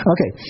Okay